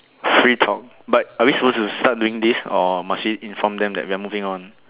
free talk but are we supposed to start doing this or must we inform them that we are moving on